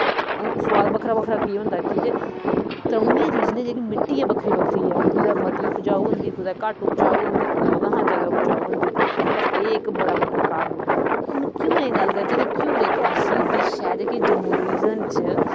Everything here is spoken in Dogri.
हून सोआद बक्खरा बक्खरा की होंदा कि जे त्रौनी रिजनें जेह्की मिट्टी ऐ ओह् बक्खरी बक्खरी ऐ कुतै मती उपजाऊ होंदी कुतै घट उपजाऊ होंदी कुतै ओह्दा हा जैदा उपजाऊ होंदी पर एह् इक बड़ा बड्डा कारण ऐ हून घ्युरें गल्ल करचै तां घ्युर इक ऐसी डिश ऐ जेह्की जम्मू रीजन च